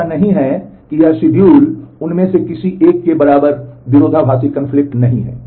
ऐसा नहीं है कि यह शिड्यूल नहीं है